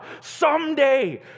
someday